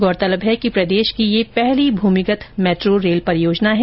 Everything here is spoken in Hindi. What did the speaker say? गौरतलब है कि प्रदेश की यह पहली भूमिगत मेट्रो रेल परियोजना है